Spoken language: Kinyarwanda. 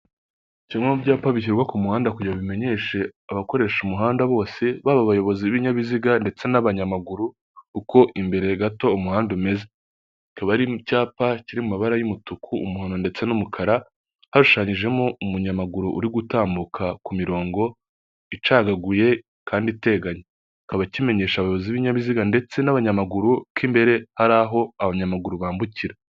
Kimwe mu byapa bishyirwa ku muhanda kugira bimenyeshe abakoresha umuhanda bose, baba abayobozi b'ibinyabiziga ndetse n'abanyamaguru, uko imbere gato umuhanda umeze, akaba ari icyapa kiri mu mabara y'umutuku, umuhondo ndetse n'umukara, hashushanyijemo umunyamaguru uri gutambuka ku mirongo icagaguye kandi iteganye, kikaba kimenyesha abayobozi b'ibinyabiziga ndetse n'abanyamaguru ko imbere hari aho abanyamaguru bambukira.